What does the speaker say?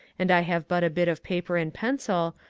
and i have but a bit of paper and pencil,